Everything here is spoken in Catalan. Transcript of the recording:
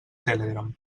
telegram